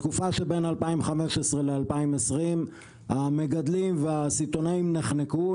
בתקופה שבין 2015-2020 המגדלים והסיטונאים נחנקו,